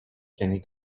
jenny